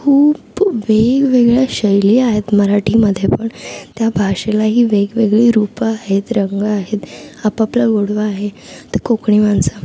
खूप वेगवेगळ्या शैली आहेत मराठीमध्ये पण त्या भाषेलाही वेगवेगळी रूपं आहेत रंग आहेत आपआपला गोडवा आहे तर कोकणी माणसं